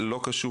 להקמה